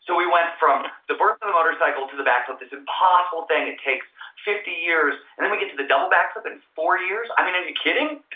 so we went from the birth of the motorcycle to the backflip. this impossible thing, it takes fifty years. then we get to the double backflip in four years. are you kidding?